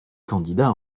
candidat